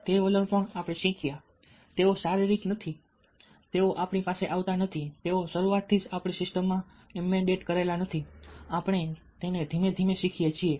તે વલણ શીખ્યા છે તેઓ શારીરિક નથી તેઓ આપણી પાસે આવતા નથી તેઓ શરૂઆતથી જ આપણી સિસ્ટમમાં એમ્બેડ કરેલા નથી આપણે ધીમે ધીમે શીખીએ છીએ